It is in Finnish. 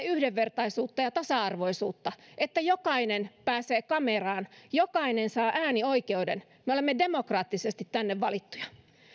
yhdenvertaisuutta ja tasa arvoisuutta että jokainen pääsee kameraan ja jokainen saa äänioikeuden me olemme demokraattisesti tänne valittuja